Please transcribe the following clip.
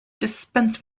dispense